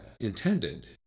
intended